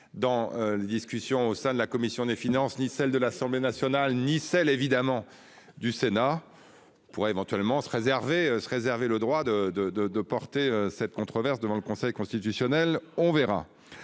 dans les discussions au sein de la commission des finances, ni celle de l'Assemblée nationale ni celle évidemment du Sénat. Pourrait éventuellement se réserver se réserver le droit de de de de porter cette controverse devant le Conseil constitutionnel. On verra.